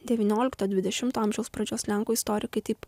devyniolikto dvidešimto amžiaus pradžios lenkų istorikai taip